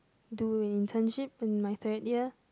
do internship in my third year